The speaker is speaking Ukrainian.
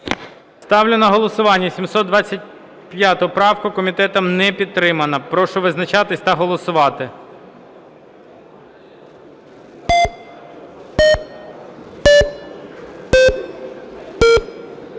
Ставлю на голосування 2075, комітетом не підтримана. Прошу визначатись та голосувати.